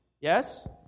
yes